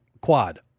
Quad